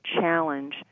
challenge